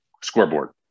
Scoreboard